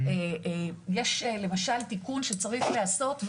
יש למשל תיקון שצריך להיעשות,